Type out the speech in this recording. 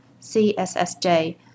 CSSJ